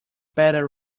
better